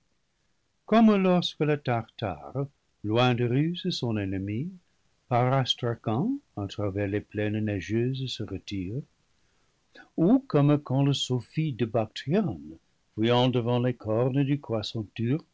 comme lorsque le tartare loin de russe son ennemi par astracan à travers les plaines neigeuses se retire ou comme quand le sophi de la bactriane fuyant devant les cornes du croissant turc